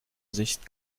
sicht